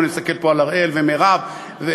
אני מסתכל פה על אראל ומרב ואחרים,